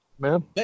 Man